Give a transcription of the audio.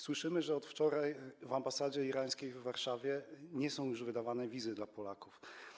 Słyszymy, że od wczoraj w ambasadzie irańskiej w Warszawie nie są już wydawane wizy dla Polaków.